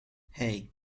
hey